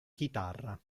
chitarra